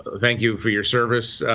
thank you for your service,